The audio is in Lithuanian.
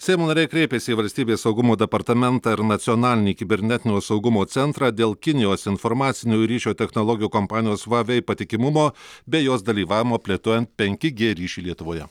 seimo nariai kreipėsi į valstybės saugumo departamentą ir nacionalinį kibernetinio saugumo centrą dėl kinijos informacinių ryšio technologijų kompanijos vavei patikimumo bei jos dalyvavimo plėtojant penki g ryšį lietuvoje